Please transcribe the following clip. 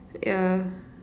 yeah